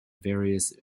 various